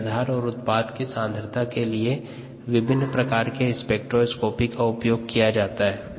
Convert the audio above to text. क्रियाधार और उत्पाद सांद्रता के लिए विभिन्न प्रकार के स्पेक्ट्रोस्कोपी का उपयोग किया जा सकता है